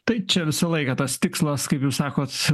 tai čia visą laiką tas tikslas kaip jūs sakot